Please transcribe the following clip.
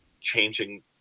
changing